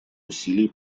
усилий